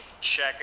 Check